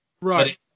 Right